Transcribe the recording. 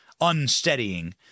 unsteadying